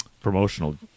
promotional